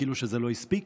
כאילו שזה לא הספיק.